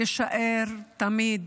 תישאר תמיד